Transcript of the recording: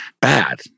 bad